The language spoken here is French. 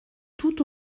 tout